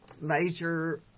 major